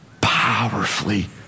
powerfully